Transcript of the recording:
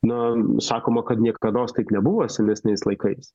na sakoma kad niekados taip nebuvo senesniais laikais